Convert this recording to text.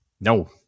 No